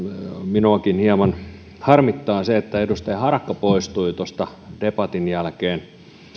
minuakin hieman harmittaa se että edustaja harakka poistui tuosta debatin jälkeen